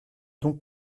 donc